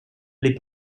les